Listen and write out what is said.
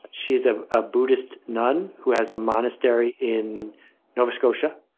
she is ah a buddhist nun who has a monastery in nova scotia.